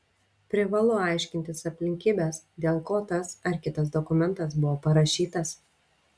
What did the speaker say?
privalu aiškintis aplinkybes dėl ko tas ar kitas dokumentas buvo parašytas